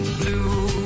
blue